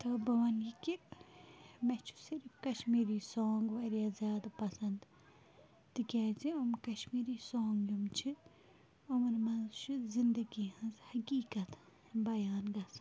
تہٕ بہٕ وَنہٕ یہِ کہِ مےٚ چھُ صرف کَشمیٖری سانٛگ واریاہ زیادٕ پَسَنٛد تِکیٛازِ یِم کشمیٖری سانٛگ یِم چھِ یِمَن منٛز چھِ زندگی ہِنٛز حقیٖقت بَیان گژھان